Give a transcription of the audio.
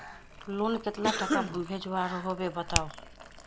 Loan कतला टाका भेजुआ होबे बताउ?